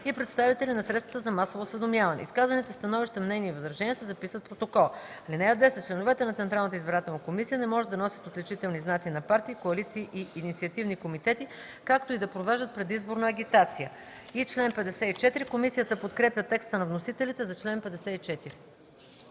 и представители на средствата за масово осведомяване. Изказаните становища, мнения и възражения се записват в протокола. (10) Членовете на Централната избирателна комисия не може да носят отличителни знаци на партии, коалиции и инициативни комитети, както и да провеждат предизборна агитация.” Комисията подкрепя текста на вносителите за чл. 54.